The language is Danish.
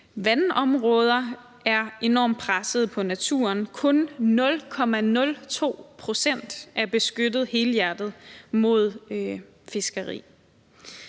vandområder er enormt presset naturmæssigt. Kun 0,02 pct. er beskyttet helhjertet mod fiskeri.